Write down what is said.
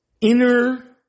inner